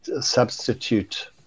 substitute